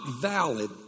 valid